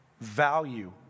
value